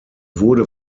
wurde